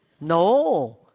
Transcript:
No